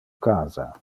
casa